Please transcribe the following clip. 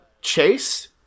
Chase